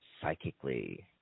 psychically